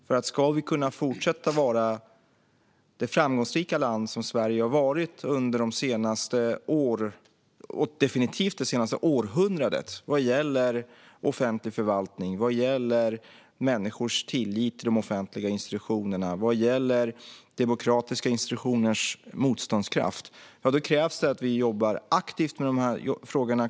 Ska Sverige kunna fortsätta att vara det framgångsrika land vi definitivt har varit under det senaste århundradet när det gäller offentlig förvaltning, människors tillit till de offentliga institutionerna och demokratiska institutioners motståndskraft krävs det nämligen att vi kontinuerligt jobbar aktivt med dessa frågor.